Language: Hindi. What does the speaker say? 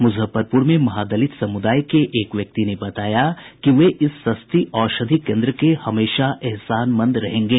मुजफ्फरपुर में महादलित समुदाय के एक व्यक्ति ने बताया कि वे इस सस्ती औषधि केन्द्र के हमेशा एहसानमंद रहेंगे